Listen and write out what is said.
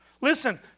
Listen